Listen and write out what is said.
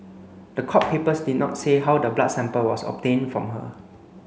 the court papers did not say how the blood sample was obtained from her